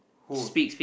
who